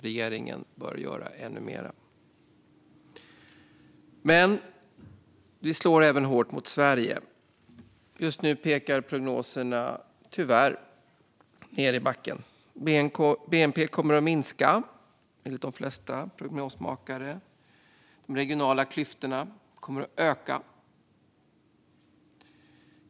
Regeringen bör göra ännu mer. Det slår dock hårt även mot Sverige. Just nu pekar prognoserna tyvärr ned i backen. Bnp kommer enligt de flesta prognosmakare att minska. De regionala klyftorna kommer att öka.